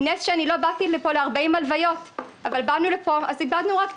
שגרים כפליטים מחוסרי כל ואנחנו צריכים